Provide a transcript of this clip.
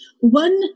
one